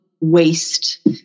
waste